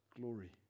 glory